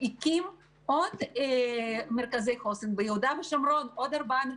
הקים עוד ארבעה מרכזי חוסן ביהודה ושומרון.